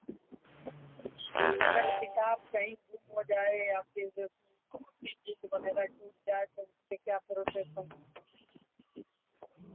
اگر کتاب کہیں گم ہو جائے یا پھر اس کی جلد وغیرہ ٹوٹ جائے تو اس کے کیا پروسیس ہوں گے